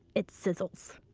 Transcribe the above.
it sizzles.